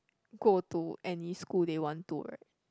go to any school they want to right